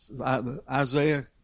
Isaiah